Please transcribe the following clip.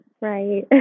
Right